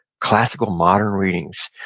classical, modern readings.